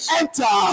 enter